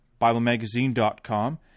biblemagazine.com